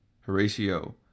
Horatio